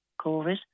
COVID